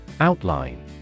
Outline